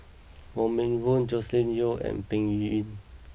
Wong Meng Voon Joscelin Yeo and Peng Yuyun